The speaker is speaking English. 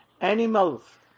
animals